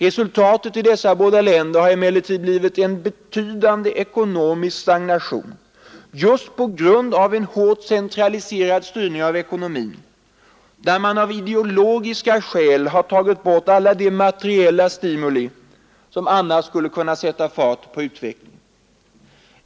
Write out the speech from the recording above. Resultatet i dessa båda länder har emellertid blivit en betydande ekonomisk stagnation just på grund av en hårt centraliserad styrning av ekonomin, där man av ideologiska skäl tagit bort alla de materiella stimuli som annars skulle kunna få fart på utvecklingen.